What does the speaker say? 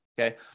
Okay